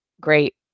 great